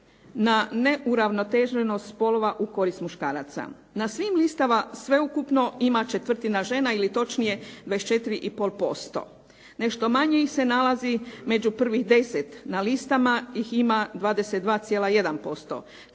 na neuravnoteženost spolova u korist muškaraca. Na svim listama sveukupno ima četvrtina žena ili točnije 24,5%. Nešto manje ih se nalazi među prvih deset, na listama ih ima 22,1%